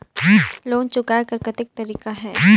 Loan चुकाय कर कतेक तरीका है?